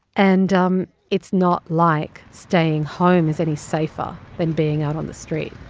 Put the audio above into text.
and um it's not like staying home is any safer than being out on the street.